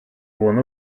one